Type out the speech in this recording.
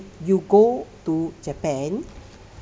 you go to japan